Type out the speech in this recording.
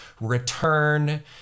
return